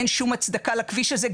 אין שום הצדקה לכביש הזה,